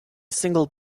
single